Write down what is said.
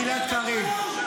גלעד קריב,